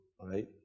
right